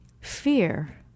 fear